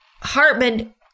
Hartman